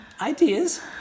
ideas